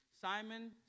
Simon